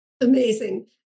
Amazing